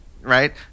right